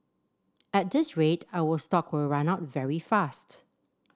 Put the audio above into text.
at this rate our stock will run out very fast